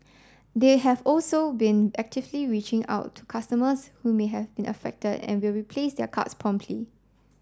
they have also been actively reaching out to customers who may have been affected and will replace their cards promptly